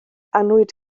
annwyd